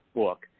book